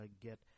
get